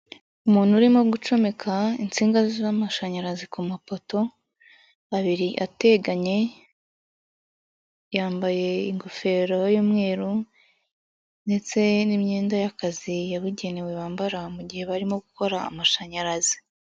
Umuntu urimo gucomeka insinga z'amashanyarazi ku mapoto abiri ateganye, yambaye ingofero y'umweru, ndetse n'imyenda y'akazi yabugenewe bambara mu gihe barimo gukora amashanyarazi.